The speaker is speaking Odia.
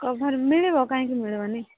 କଭର୍ ମିଳିବ କାହିଁକି ମିଳିବନି